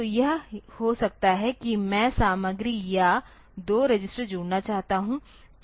तो यह हो सकता है कि मैं सामग्री या दो रजिस्टर जोड़ना चाहता हूं